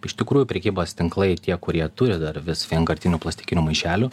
iš tikrųjų prekybos tinklai tie kurie turi dar vis vienkartinių plastikinių maišelių